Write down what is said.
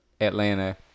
Atlanta